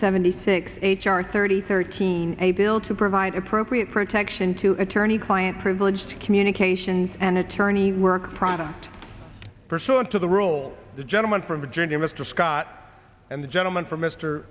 seventy think h r thirty thirteen a bill to provide appropriate protection to attorney client privilege communications and attorney work product pursuant to the rule the gentleman from virginia mr scott and the gentleman from m